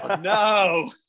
no